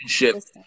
relationship